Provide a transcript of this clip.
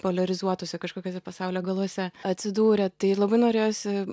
poliarizuotuose kažkokiuose pasaulio galuose atsidūrė tai labai norėjosi